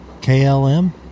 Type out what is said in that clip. KLM